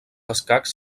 escacs